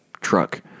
truck